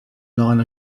line